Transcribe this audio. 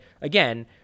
again